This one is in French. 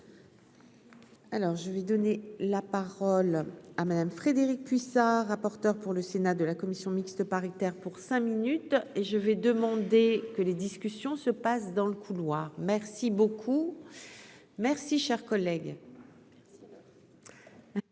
Alors je vais donner la parole à Madame Frédérique Puissat, rapporteure pour le Sénat de la commission mixte paritaire pour cinq minutes et je vais demander que les discussions se passent dans le couloir, merci beaucoup, merci, cher collègue.